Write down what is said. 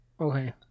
Okay